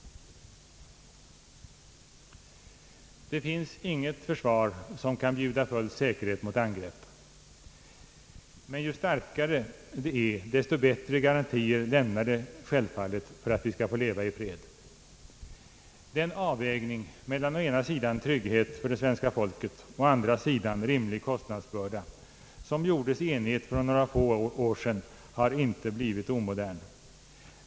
Det finns inget försvar som kan bjuda full säkerhet mot angrepp. Men ju starkare försvaret är desto bättre garanti lämnar det självfallet för att vi skall få leva i fred. Den avvägning mellan å ena sidan god trygghet för det svenska folket och å andra sidan rimlig kostnadsbörda, som gjordes i enighet för några få år sedan, har inte blivit omodern.